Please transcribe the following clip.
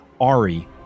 Ari